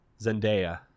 Zendaya